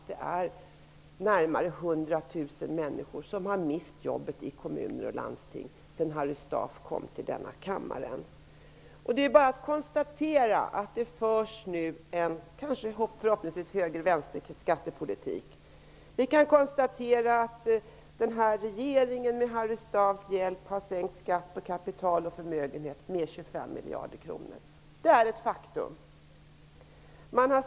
Det är närmare 100 000 människor som har mist sina jobb i kommuner och landsting sedan Harry Staaf kom till denna kammare. Det är bara att konstatera att det nu förs en förhoppningsvis höger--vänster-skattepolitik. Regeringen har med Harry Staafs hjälp sänkt skatten på kapital och förmögenheter med 25 miljarder kronor. Detta är ett faktum.